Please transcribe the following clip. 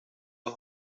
los